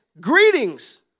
greetings